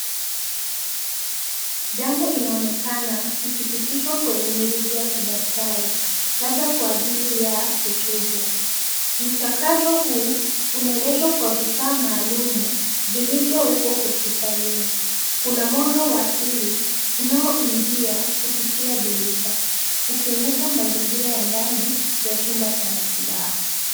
Damu inaonekana ikipitishwa kwenye mirija ya kidaktari labda kwa ajili ya kuchujwa. Mchakato huu unaendeshwa kwa vifaa maalumu vilivyowekwa hosipitalini. Kuna mwanga wa asili unaoingia kupitia dirisha ukionyesha mazingira ya ndani ya chumba cha matibabu.